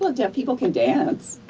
deaf people can dance.